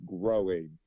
growing